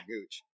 gooch